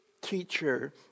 teacher